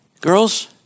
girls